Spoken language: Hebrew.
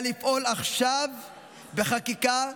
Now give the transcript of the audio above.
אלא לפעול עכשיו בחקיקה,